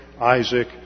Isaac